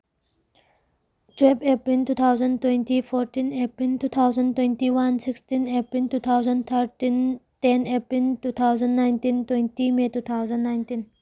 twelve April two thousand twenty fourteen April two thousand twenty one sixteen April two thousand thirteen ten April two thousand nineteen twenty may two thousand nineteen